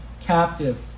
captive